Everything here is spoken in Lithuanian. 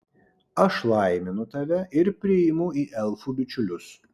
aš laiminu tave ir priimu į elfų bičiulius